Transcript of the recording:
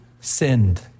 sinned